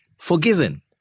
Forgiven